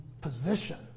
Position